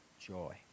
joy